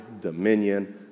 dominion